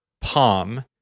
Palm